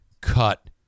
cut